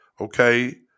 okay